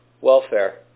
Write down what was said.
welfare